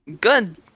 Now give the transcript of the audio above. good